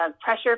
pressure